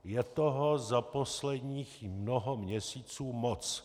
Je toho za posledních mnoho měsíců moc.